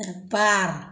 बार